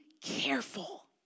careful